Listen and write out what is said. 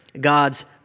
God's